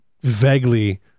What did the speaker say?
vaguely